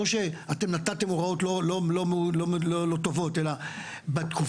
לא שאתם נתתם הוראות לא טובות אלא בתקופת